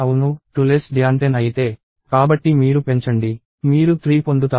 అవును 2 10 అయితే కాబట్టి మీరు పెంచండి మీరు 3 పొందుతారు